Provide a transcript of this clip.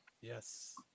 Yes